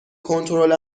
کنترل